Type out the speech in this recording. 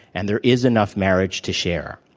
and there is enough marriage to share.